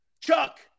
Chuck